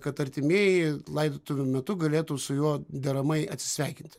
kad artimieji laidotuvių metu galėtų su juo deramai atsisveikinti